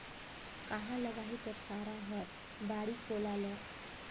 काँहा लगाही तोर सारा हर बाड़ी कोला ल